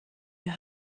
your